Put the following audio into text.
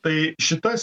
tai šitas